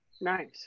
Nice